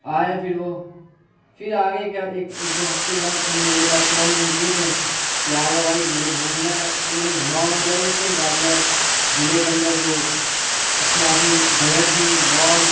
آیا پھر وہ پھر آگے ایک دو ہفتے کے بعد پھر میرے پاس فون وون كیے تھے كہ آجاؤ بھائی مجھے گھومنا ہے پھر میں نے گھما اوما دیا اس کو غازی آباد ضلعے کے اندر جو اچھے خاصی جگہ تھی مال